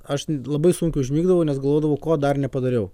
aš labai sunkiai užmigdavau nes galvodavau ko dar nepadariau